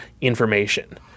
information